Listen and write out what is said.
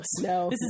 No